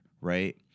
right